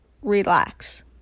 Relax